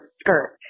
skirt